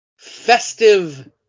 festive